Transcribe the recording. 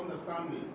understanding